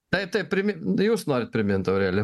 taip tai primin jūs norit primint aurelijau